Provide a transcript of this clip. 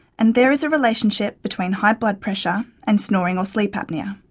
and there is a relationship between high blood pressure and snoring or sleep apnoea.